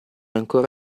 ancora